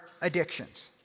addictions